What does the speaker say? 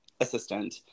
assistant